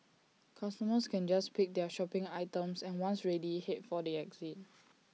customers can just pick up their shopping items and once ready Head for the exit